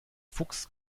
fuchs